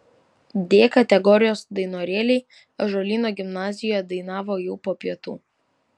d kategorijos dainorėliai ąžuolyno gimnazijoje dainavo jau po pietų